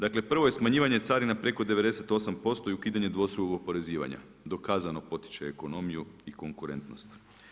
Dakle, prvo je smanjivanje carina preko 98% i ukidanje dvostrukog oporezivanja, dokazano potiče ekonomiju i konkurentnost.